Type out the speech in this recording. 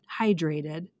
hydrated